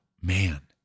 man